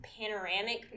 panoramic